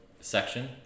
section